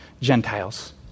Gentiles